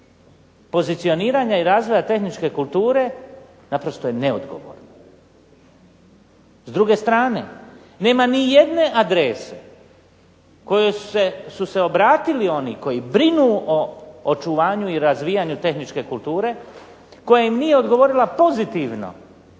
pozicioniranja i razvoja tehničke kulture naprosto je neodgovorno. S druge strane nema ni jedne adrese kojoj su se obratili oni koji brinu o očuvanju i razvijanju tehničke kulture, koja im nije odgovorila pozitivno,